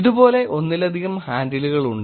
ഇതുപോലെ ഒന്നിലധികം ഹാൻഡിലുകൾ ഉണ്ട്